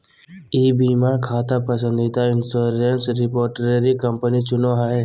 ई बीमा खाता पसंदीदा इंश्योरेंस रिपोजिटरी कंपनी चुनो हइ